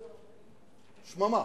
שממה,